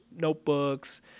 notebooks